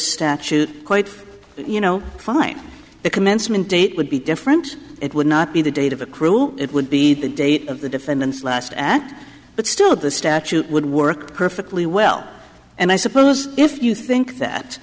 statute quite you know find the commencement date would be different it would not be the date of a cruel it would be the date of the defendant's last act but still the statute would work perfectly well and i suppose if you think that